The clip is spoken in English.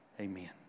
Amen